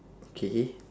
okay